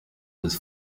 was